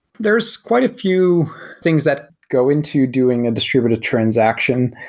there's quite a few things that go into doing a distributed transaction.